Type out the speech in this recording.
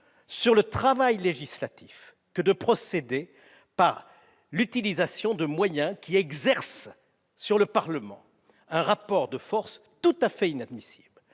sur le travail législatif que de procéder par l'utilisation de moyens qui exercent sur le Parlement un rapport de force tout à fait inadmissible.